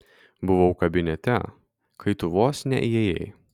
buvau kabinete kai tu vos neįėjai